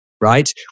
Right